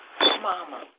Mama